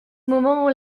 moment